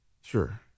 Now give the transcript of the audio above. Sure